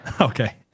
Okay